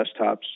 desktops